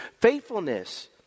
Faithfulness